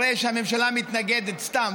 והממשלה מתנגדת סתם,